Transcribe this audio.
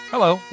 Hello